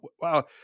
Wow